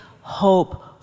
hope